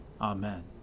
Amen